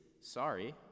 Sorry